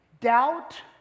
doubt